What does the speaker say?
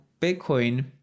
bitcoin